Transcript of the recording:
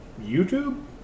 YouTube